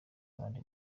abandi